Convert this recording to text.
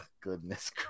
goodness